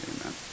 Amen